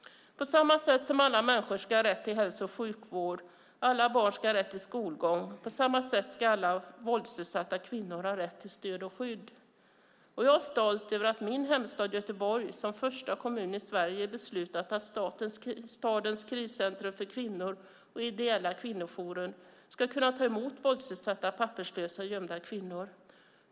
På samma sätt som alla människor ska ha rätt till hälso och sjukvård och alla barn ska ha rätt till skolgång ska alla våldsutsatta kvinnor ha rätt till stöd och skydd. Jag är stolt över att min hemstad Göteborg som första kommun i Sverige beslutat att stadens kriscentrum för kvinnor och den ideella kvinnojouren ska kunna ta emot våldsutsatta, papperslösa, gömda kvinnor.